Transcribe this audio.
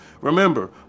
Remember